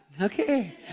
okay